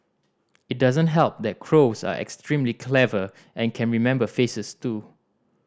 it doesn't help that crows are extremely clever and can remember faces too